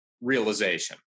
realization